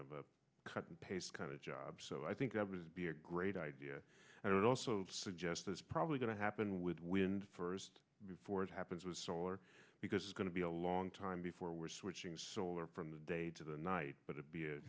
of a cut and paste kind of job so i think i was be a great idea and i would also suggest there's probably going to happen with wind first before it happens with solar because it's going to be a long time before we're switching solar from the day to the night but it be a